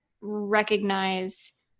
recognize